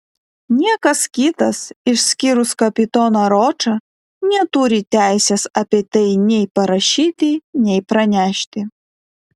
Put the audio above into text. niekas kitas išskyrus kapitoną ročą neturi teisės apie tai nei parašyti nei pranešti